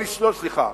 סליחה,